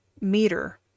meter